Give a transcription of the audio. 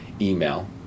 email